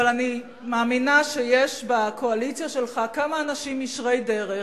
אבל אני מאמינה שיש בקואליציה שלך כמה אנשים ישרי דרך,